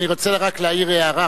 אני רוצה רק להעיר הערה,